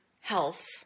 Health